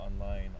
online